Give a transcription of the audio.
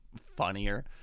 funnier